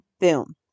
Boom